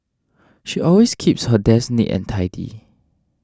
she always keeps her desk neat and tidy